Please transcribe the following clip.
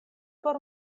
por